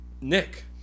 nick